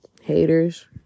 haters